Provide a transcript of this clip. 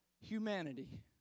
humanity